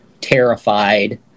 terrified